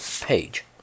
page